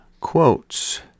quotes